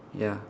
ya